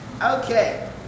Okay